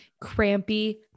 crampy